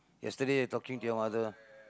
yesterday I talking to your mother